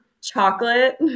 Chocolate